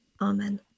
Amen